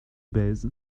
bèze